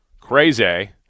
crazy